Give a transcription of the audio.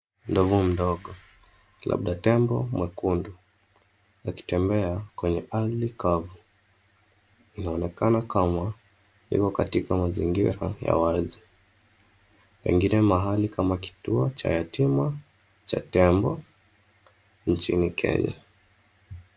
Ndovu mdogo, labda tembo mwekundu, akitembea kwenye hali kavu. Inaonekana kama iko katika mazingira ya wazi, pengine mahali kama kituo cha yatima cha tembo, nchini Kenya.